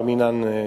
בר-מינן,